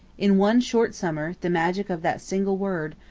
in one short summer the magic of that single word,